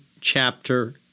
chapter